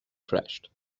crashed